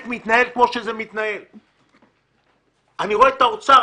אני רואה גם את האוצר,